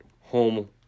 home